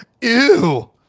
Ew